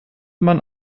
man